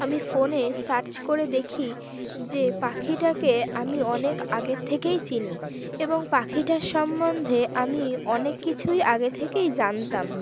আমি ফোনে সার্চ করে দেখি যে পাখিটাকে আমি অনেক আগের থেকেই চিনি এবং পাখিটার সম্বন্ধে আমি অনেক কিছুই আগে থেকেই জানতাম